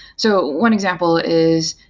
so one example is,